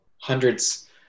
hundreds